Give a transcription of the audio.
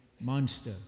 monster